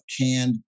canned